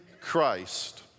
Christ